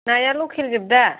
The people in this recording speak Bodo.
नाया लकेलजोब दा